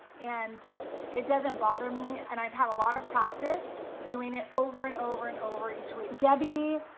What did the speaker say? and it doesn't bother me, and i've had a lot of practice doing it over and over and over each week. debbie,